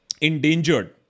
endangered